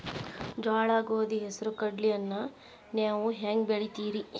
ಜೋಳ, ಗೋಧಿ, ಹೆಸರು, ಕಡ್ಲಿಯನ್ನ ನೇವು ಹೆಂಗ್ ಬೆಳಿತಿರಿ?